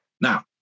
Now